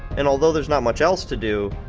and although there's not much else to do,